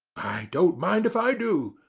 i don't mind if i do,